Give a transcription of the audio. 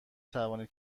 توانید